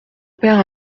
père